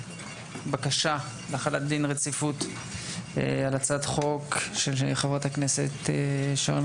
בקשה להחלת דין רציפות על הצעת חוק של חברת הכנסת שרן